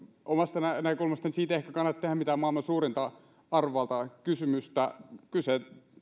omasta näkökulmastani siitä ei ehkä kannata tehdä mitään maailman suurinta arvovaltakysymystä kyse